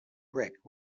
brick